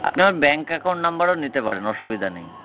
আপনি আমার bank account নাম্বারও নিতে পারেন অসুবিধা নেই